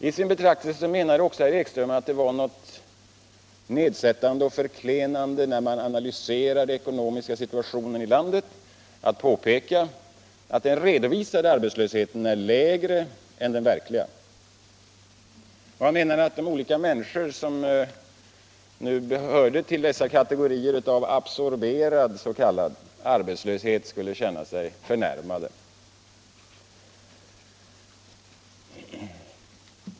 I sin betraktelse menar herr Ekström också att det var nedsättande och förklenande när man analyserade den ekonomiska situationen i landet och påpekade att den redovisade arbetslösheten var lägre än den verkliga. Han menade att de olika människor som hörde till dessa kategorier av s.k. absorberad arbetslöshet skulle känna sig förnärmade.